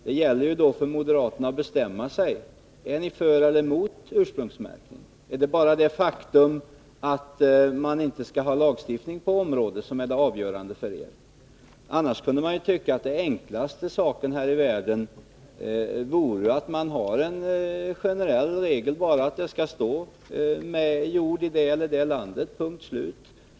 Det gäller för moderaterna att bestämma sig. Är ni för eller emot ursprungsmärkning? Eller är det bara det faktum att ni inte vill ha lagstiftning på området som är det avgörande? Man kunde tycka att den enklaste saken här i världen vore att ha en generell regel om att det på en vara skall anges i vilket land den är gjord — punkt, slut.